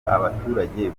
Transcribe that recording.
abaturage